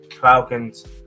Falcons